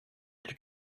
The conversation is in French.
plus